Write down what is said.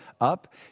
up